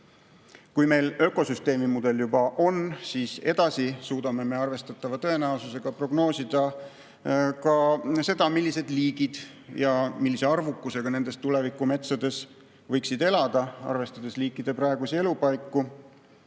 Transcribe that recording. Kui meil ökosüsteemimudel juba on, siis edasi suudame me arvestatava tõenäosusega prognoosida ka seda, millised liigid ja millise arvukusega nendes tulevikumetsades võiksid elada, arvestades liikide praegusi elupaiku.